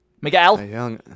Miguel